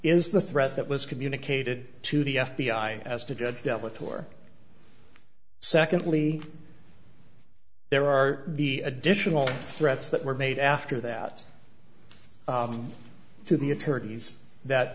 is the threat that was communicated to the f b i as to judge dealt with or secondly there are the additional threats that were made after that to the attorneys that